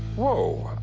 whoa.